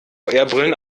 brillen